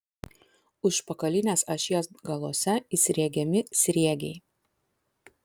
užpakalinės ašies galuose įsriegiami sriegiai